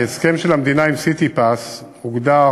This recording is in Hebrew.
בהסכם של המדינה עם "סיטיפס" הוגדר